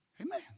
Amen